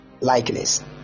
likeness